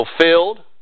fulfilled